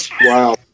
Wow